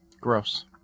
Gross